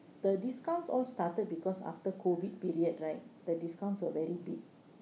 the discounts all started because after COVID period right the discounts are very big